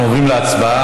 אנחנו עוברים להצבעה.